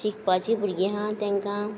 शिकपाचीं भुरगीं हां तांकां